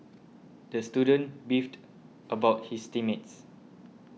the student beefed about his team mates